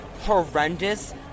horrendous